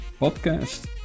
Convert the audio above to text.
podcast